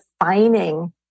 defining